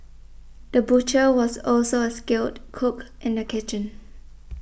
the butcher was also a skilled cook in the kitchen